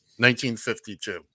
1952